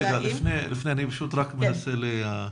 רגע, אני מנסה להבין.